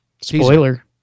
Spoiler